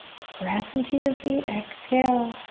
press into your feet, exhale.